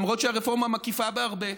למרות שהרפורמה מקיפה בהרבה.